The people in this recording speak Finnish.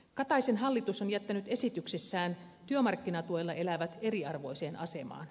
kataisen hallitus on jättänyt esityksessään työmarkkinatuella elävät eriarvoiseen asemaan